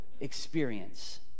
experience